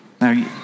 Now